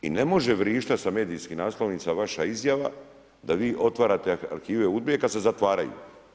I ne može vrištat sa medijskih naslovnica vaša izjava da vi otvarate arhive UDBA-e, kad se zatvaraju.